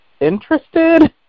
interested